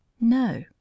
no